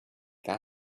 that